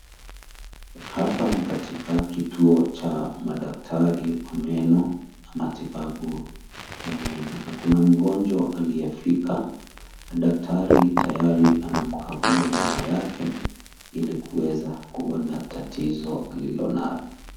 Hapa ni katika kituo cha madaktari wa meno na matibabu ya meno, na kuna mgonjwa aliyefika na daktari tayari anamkagua meno yake ili kuweza kuona tatizo alilo nalo.